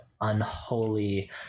unholy